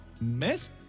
Miss